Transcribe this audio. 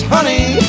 Honey